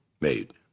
made